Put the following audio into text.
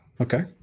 Okay